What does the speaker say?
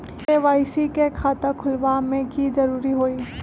KYC के खाता खुलवा में की जरूरी होई?